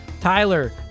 Tyler